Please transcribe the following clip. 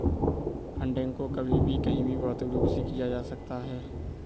funding को कभी भी कहीं भी भौतिक रूप से किया जा सकता है